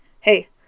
Hey